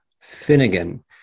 Finnegan